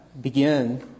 begin